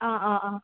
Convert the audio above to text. ꯑꯥ ꯑꯥ ꯑꯥ